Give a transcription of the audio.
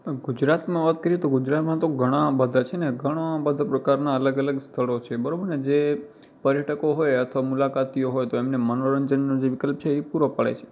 ગુજરાતમાં વાત કરીએ તો ગુજરાતમાં તો ઘણા બધા છે ને ઘણા બધા પ્રકારનાં આગળ અલગ સ્થળો છે બરાબર ને જે પર્યટકો હોય અથવા મુલાકાતીઓ હોય તો એમને મનોરંજનનો જે વિકલ્પ છે એ પૂરો પાડે છે